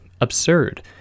absurd